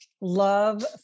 Love